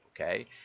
Okay